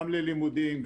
גם ללימודים,